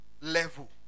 level